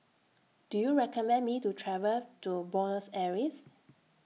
Do YOU recommend Me to travel to Buenos Aires